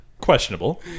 questionable